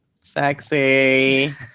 Sexy